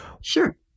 sure